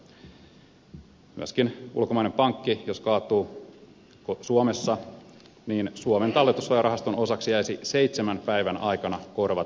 myöskin jos ulkomainen pankki kaatuu suomessa niin suomen talletussuojarahaston osaksi jäisi seitsemän päivän aikana korvata kaikki nämä